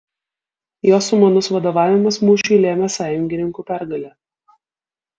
jo sumanus vadovavimas mūšiui lėmė sąjungininkų pergalę